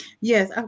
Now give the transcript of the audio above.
Yes